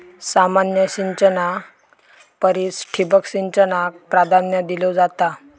सामान्य सिंचना परिस ठिबक सिंचनाक प्राधान्य दिलो जाता